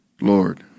Lord